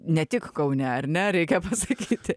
ne tik kaune ar ne reikia pasakyti